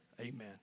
Amen